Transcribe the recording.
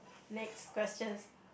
next question